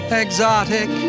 exotic